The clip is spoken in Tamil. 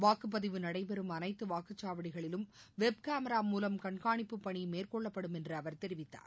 வாக்குப்பதிவு நடைபெறும் அனைத்துவாக்குச்சாவடிகளிலும் வெப் கேமரா மூலம் கண்கானிப்பு பணிமேற்கொள்ளப்படும் என்றுஅவர் தெரிவித்தார்